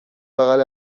بغل